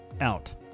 out